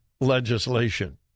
legislation